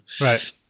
Right